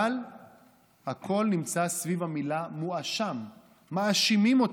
אבל הכול נמצא סביב המילה "מואשם" מאשימים אותו,